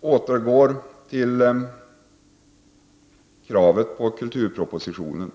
Jag återgår till kulturpropositionen.